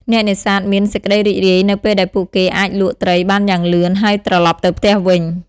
អ្នកនេសាទមាន សេចក្តីរីករាយ នៅពេលដែលពួកគេអាចលក់ត្រីបានយ៉ាងលឿនហើយត្រឡប់ទៅផ្ទះវិញ។